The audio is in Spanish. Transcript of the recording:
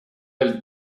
del